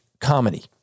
comedy